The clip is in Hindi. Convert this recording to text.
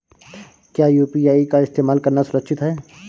क्या यू.पी.आई का इस्तेमाल करना सुरक्षित है?